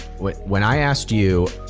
when when i asked you,